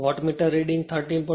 અને watt meter reading 13